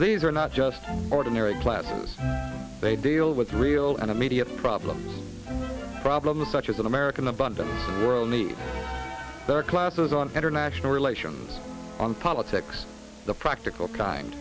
these are not just ordinary classes they deal with real and immediate problems problems such as an american abundant world need their classes on international relations on politics the practical kind